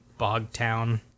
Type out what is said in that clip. Bogtown